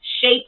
shape